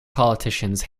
politicians